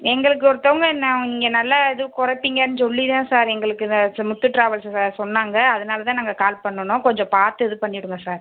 எங்களுக்கு ஒருத்தங்க நாங் நீங்கள் நல்லா இது குறைப்பீங்கன்னு சொல்லி தான் சார் எங்களுக்கு இந்த ச முத்து ட்ராவல்ஸை ச சொன்னாங்க அதனால் தான் நாங்கள் கால் பண்ணுனோம் கொஞ்சம் பார்த்து இது பண்ணிவிடுங்கள் சார்